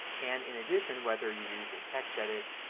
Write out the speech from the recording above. and in addition, whether you're using textedit,